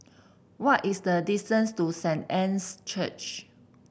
what is the distance to Saint Anne's Church